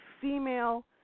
female